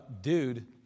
dude